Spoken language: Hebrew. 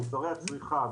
מוצרי הצריכה,